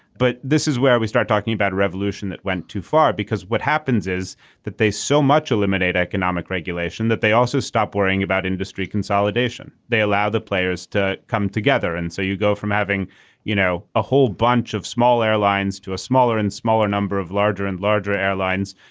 but this is where we start talking about revolution that went too far because what happens is that there's so much eliminate economic regulation that they also stop worrying about industry consolidation. they allow the players to come together and so you go from having you know a whole bunch of small airlines to a smaller and smaller number of larger and larger airlines.